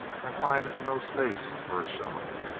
i find no space for a shock.